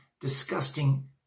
disgusting